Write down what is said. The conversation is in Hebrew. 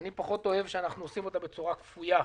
אבל אני פחות אוהב שאנחנו עושים אותה בצורה כפויה.